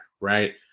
Right